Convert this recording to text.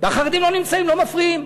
והחרדים לא נמצאים, לא מפריעים.